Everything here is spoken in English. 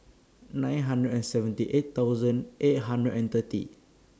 nine hundred and seventy eight thousand eight hundred and thirty